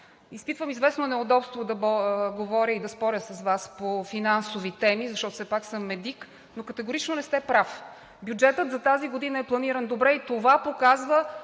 изпитвам известно неудобство да говоря и да споря с Вас по финансови теми, защото все пак съм медик, но категорично не сте прав. Бюджетът за тази година е планиран добре и това показва